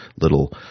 little